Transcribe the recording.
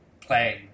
playing